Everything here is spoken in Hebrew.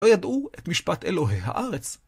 לא ידעו את משפט אלוהי הארץ.